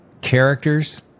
characters